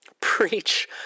Preach